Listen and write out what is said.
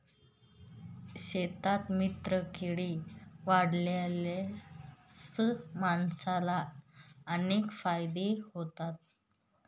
शेतात मित्रकीडी वाढवल्यास माणसाला अनेक फायदे होतात